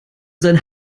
sein